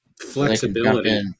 flexibility